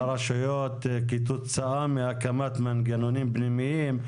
הרשויות כתוצאה מהקמת מנגנונים פנימיים.